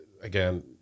again